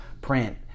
print